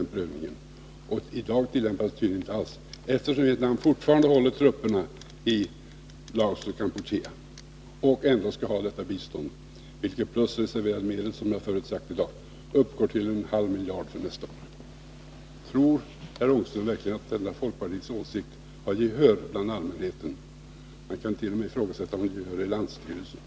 I dag tillämpas den regeln tydligen inte alls, eftersom Vietnam fortsätter att hålla trupper i Laos och Kampuchea och ändå får ett bistånd som — det har jag sagt förut i dag — tillsammans med reserverade medel för nästa budgetår uppgår till en halv miljard. Tror herr Ångström verkligen att denna folkpartiets politik har gehör hos allmänheten? Man kan t.o.m. ifrågasätta om den har gehör i partiets landsstyrelse.